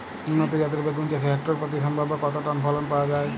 উন্নত জাতের বেগুন চাষে হেক্টর প্রতি সম্ভাব্য কত টন ফলন পাওয়া যায়?